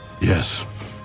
Yes